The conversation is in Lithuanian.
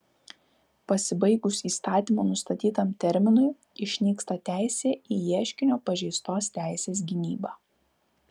pasibaigus įstatymo nustatytam terminui išnyksta teisė į ieškinio pažeistos teisės gynybą